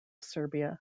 serbia